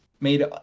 made